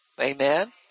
Amen